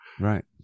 Right